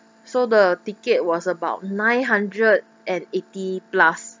so the ticket was about nine hundred and eighty plus